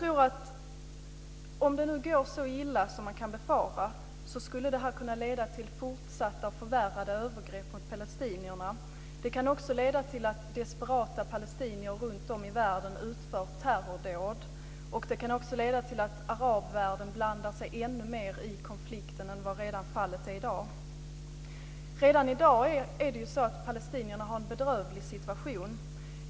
Om det nu går så illa som man kan befara tror jag att det skulle kunna leda till fortsatta och förvärrade övergrepp mot palestinierna. Det kan också leda till att desperata palestinier runtom i världen utför terrordåd. Det kan också leda till att arabvärlden blandar sig ännu mer i konflikten än vad fallet är i dag. Redan i dag är det så att palestinierna har en bedrövlig situation.